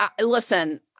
listen